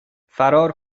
فرار